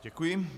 Děkuji.